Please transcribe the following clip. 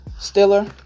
Stiller